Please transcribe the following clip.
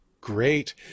great